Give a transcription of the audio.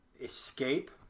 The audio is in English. escape